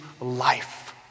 life